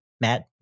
Matt